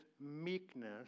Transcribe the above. meekness